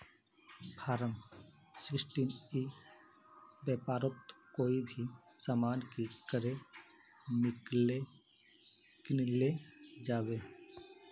Form sixteen ई व्यापारोत कोई भी सामान की करे किनले जाबे?